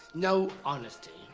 no honesty,